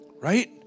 Right